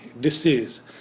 disease